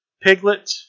Piglet